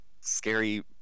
scary